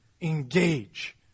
Engage